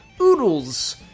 oodles